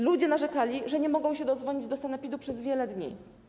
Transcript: Ludzie narzekali, że nie mogą się dodzwonić do sanepidu przez wiele dni.